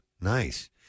nice